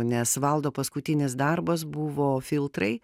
nes valdo paskutinis darbas buvo filtrai